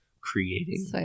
creating